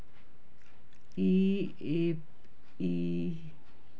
E F E